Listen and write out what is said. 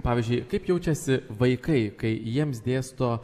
pavyzdžiui kaip jaučiasi vaikai kai jiems dėsto